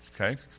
Okay